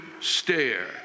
stare